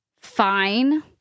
fine